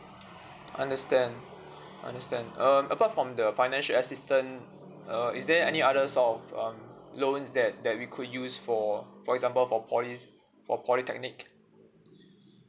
understand understand um apart from the financial assistance uh is there any other sort of um loans that that we could use for for example for poly for polytechnic